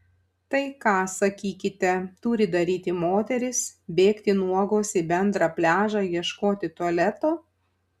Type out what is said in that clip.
tai ką sakykite turi daryti moterys bėgti nuogos į bendrą pliažą ieškoti tualeto